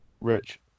Rich